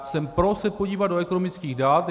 Jsem pro se podívat do ekonomických dat.